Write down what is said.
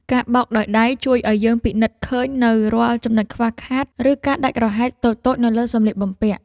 ការបោកដោយដៃជួយឱ្យយើងពិនិត្យឃើញនូវរាល់ចំណុចខ្វះខាត ឬការដាច់រហែកតូចៗនៅលើសម្លៀកបំពាក់។